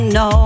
no